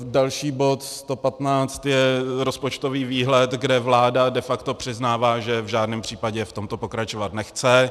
Další bod 115 je rozpočtový výhled, kde vláda de facto přiznává, že v žádném případě v tomto pokračovat nechce.